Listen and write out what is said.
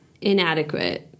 inadequate